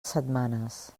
setmanes